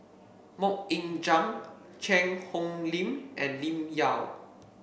MoK Ying Jang Cheang Hong Lim and Lim Yau